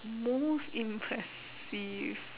most impressive